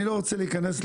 אני לא רוצה להיכנס,